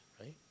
right